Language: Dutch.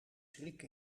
schrik